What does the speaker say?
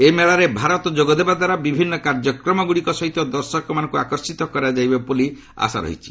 ଏହି ମେଳାରେ ଭାରତ ଯୋଗଦେବା ଦ୍ୱାରା ବିଭିନ୍ନ କାର୍ଯ୍ୟକ୍ରମଗୁଡ଼ିକ ସହିତ ଦର୍ଶକମାନଙ୍କୁ ଆକର୍ଷିତ କରାଯାଇ ପାରିବ ବୋଲି ଆଶା ରହିଛି